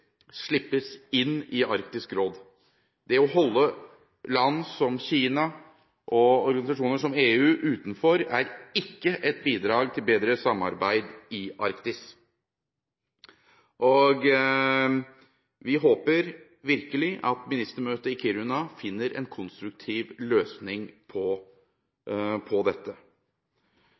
slippes inn i Arktisk råd. Det å holde land som Kina og organisasjoner som EU utenfor er ikke et bidrag til bedre samarbeid i Arktis. Vi håper virkelig at ministermøtet i Kiruna finner en konstruktiv løsning på dette.